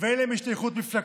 ואין להם השתייכות מפלגתית.